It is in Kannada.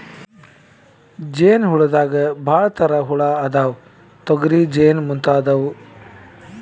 ಜೇನ ಹುಳದಾಗ ಭಾಳ ತರಾ ಹುಳಾ ಅದಾವ, ತೊಗರಿ ಜೇನ ಮುಂತಾದವು